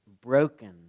broken